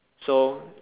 so